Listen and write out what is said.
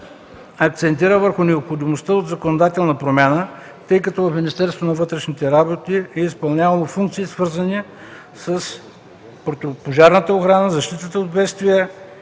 акцентира върху необходимостта от законодателна промяна, тъй като Министерството на вътрешните работи е изпълнявало функции, свързани с противопожарната охрана, защита от бедствия